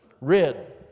red